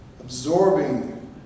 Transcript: absorbing